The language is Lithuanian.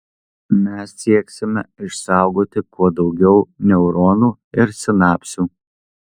mes sieksime išsaugoti kuo daugiau neuronų ir sinapsių